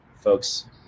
folks